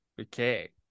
Okay